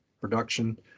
production